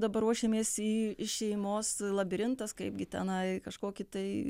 dabar ruošiamės į šeimos labirintas kaipgi tenai kažkokį tai